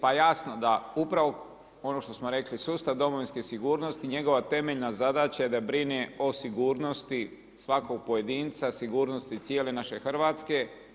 Pa jasno da upravo ono što smo rekli sustav domovinske sigurnosti i njegova temeljena zadaća je da brine o sigurnosti svakog pojedinca, sigurnosti cijele naše Hrvatske.